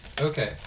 Okay